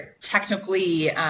technically